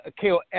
KO